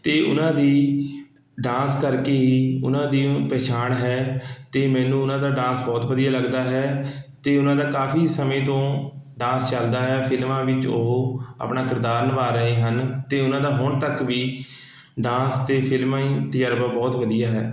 ਅਤੇ ਉਹਨਾਂ ਦੀ ਡਾਂਸ ਕਰਕੇ ਹੀ ਉਹਨਾਂ ਦੀ ਪਹਿਚਾਣ ਹੈ ਅਤੇ ਮੈਨੂੰ ਉਹਨਾਂ ਦਾ ਡਾਂਸ ਬਹੁਤ ਵਧੀਆ ਲੱਗਦਾ ਹੈ ਅਤੇ ਉਹਨਾਂ ਦਾ ਕਾਫ਼ੀ ਸਮੇਂ ਤੋਂ ਡਾਂਸ ਚੱਲਦਾ ਹੈ ਫ਼ਿਲਮਾਂ ਵਿੱਚ ਉਹ ਆਪਣਾ ਕਿਰਦਾਰ ਨਿਭਾ ਰਹੇ ਹਨ ਅਤੇ ਉਹਨਾਂ ਦਾ ਹੁਣ ਤੱਕ ਵੀ ਡਾਂਸ ਅਤੇ ਫਿਲਮਾਂ ਹੀ ਤਜ਼ਰਬਾ ਬਹੁਤ ਵਧੀਆ ਹੈ